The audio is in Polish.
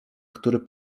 który